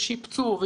שיפצו,